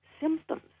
symptoms